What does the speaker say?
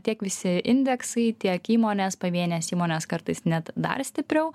tiek visi indeksai tiek įmonės pavienės įmonės kartais net dar stipriau